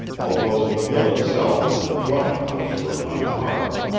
although the mill itself and the dwelling-house were unharmed.